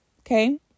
Okay